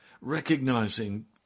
recognizing